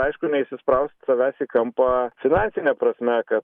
aišku neįsisprausti savęs į kampą finansine prasme kad